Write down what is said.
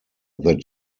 that